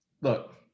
look